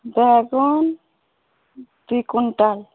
ବାଇଗଣ ଦୁଇ କୁଇଣ୍ଟାଲ୍